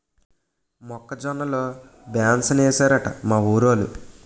మొక్క జొన్న లో బెంసేనేశారట మా ఊరోలు